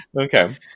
Okay